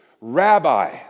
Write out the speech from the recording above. Rabbi